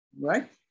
right